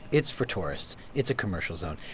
it's for tourists. it's a commercial zone.